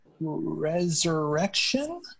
resurrection